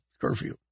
curfew